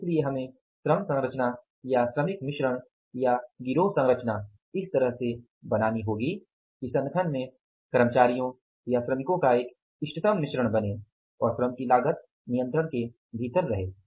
इसलिए हमें श्रम संरचना या श्रमिक मिश्रण या गिरोह संरचना इस तरह से बनानी होगी कि संगठन में कर्मचारियों या श्रमिकों का एक इष्टतम मिश्रण बने और श्रम की लागत नियंत्रण के भीतर रहे है